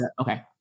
Okay